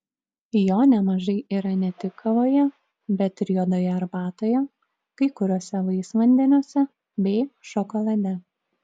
jo nemažai yra ne tik kavoje bet ir juodoje arbatoje kai kuriuose vaisvandeniuose bei šokolade